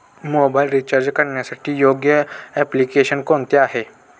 Mobile recharge करण्यासाठी योग्य application कोणते आहे?